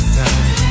time